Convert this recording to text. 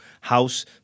house